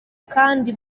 kandi